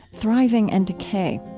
thriving and decay,